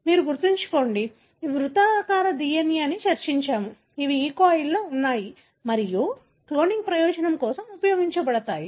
మీరు గుర్తుంచుకోండి ఇవి వృత్తాకార DNA అని చర్చించాము ఇవి E coli లో ఉన్నాయి మరియు క్లోనింగ్ ప్రయోజనం కోసం ఉపయోగించబడతాయి